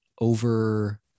over